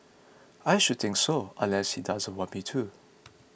I should think so unless he doesn't want me to